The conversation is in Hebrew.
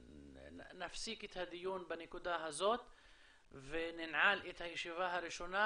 נפסיק את הדיון בנקודה הזאת וננעל את הישיבה הראשונה